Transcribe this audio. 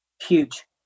Huge